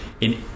in-